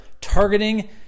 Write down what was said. targeting